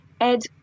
Ed